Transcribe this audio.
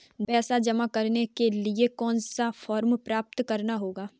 पैसा जमा करने के लिए कौन सा फॉर्म प्राप्त करना होगा?